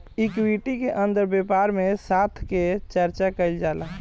equity के अंदर व्यापार में साथ के चर्चा कईल जाला